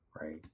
right